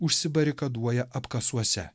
užsibarikaduoja apkasuose